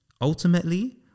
Ultimately